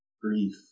grief